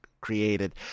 created